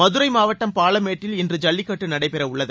மதுரை மாவட்டம் பாலமேட்டில் இன்று ஜல்லிக்கட்டு நடைபெற உள்ளது